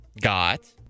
got